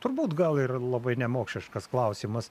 turbūt gal ir labai nemokšiškas klausimas